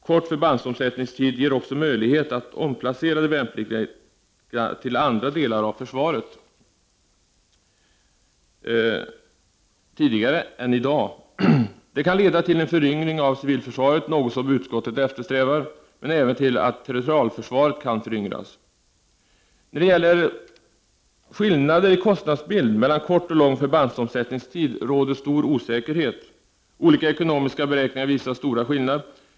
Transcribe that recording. Kort förbandsomsättningstid gör också att det blir möjligt att omplacera de värnpliktiga till andra delar av försvaret tidigare än som i dag är fallet. Det kan leda till en föryngring av civilförsvaret — något som utskottet eftersträvar — men även till att territorialförsvaret kan föryngras. När det gäller skillnader i kostnadsbilden mellan kort och lång förbandsomsättningstid råder det stor osäkerhet. Olika ekonomiska beräkningar visar på stora skillnader.